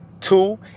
Two